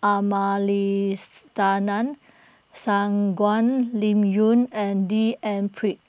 Liuyun and D N Pritt